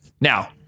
now